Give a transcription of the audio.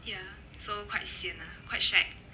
ya so quite sian lah quite shag